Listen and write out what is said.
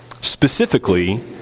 specifically